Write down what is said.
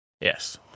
Yes